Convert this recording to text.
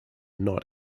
not